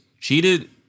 cheated